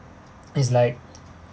is like